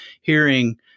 hearing